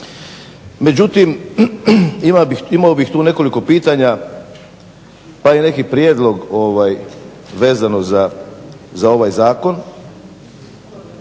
međutim imao bih tu nekoliko pitanja pa i neki prijedlog vezano za ovaj zakon.